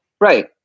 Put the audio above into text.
Right